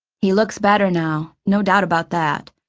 he looks better now, no doubt about that,